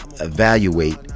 evaluate